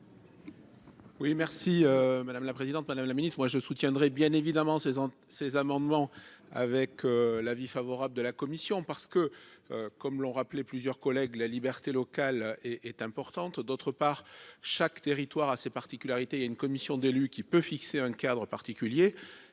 Oui merci madame la présidente, madame la Ministre, moi je soutiendrai bien évidemment ces ces amendements avec l'avis favorable de la commission parce que, comme l'ont rappelé plusieurs collègues la liberté locale est importante, d'autre part, chaque territoire a ses particularités, il y a une commission d'élus qui peut fixer un cadre particulier